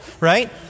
right